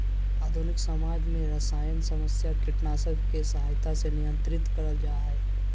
आधुनिक समाज में सरसायन समस्या कीटनाशक के सहायता से नियंत्रित करल जा हई